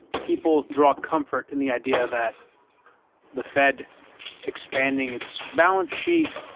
people draw comfort in the idea that the fed expanding its balance sheet,